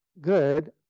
good